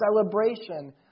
celebration